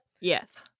yes